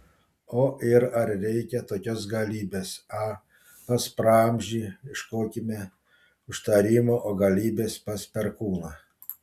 o ir ar reikia tokios galybės a pas praamžį ieškokime užtarimo o galybės pas perkūną